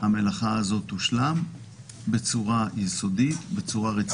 המלאכה הזאת תושלם בצורה יסודית, בצורה רצינית.